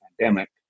pandemic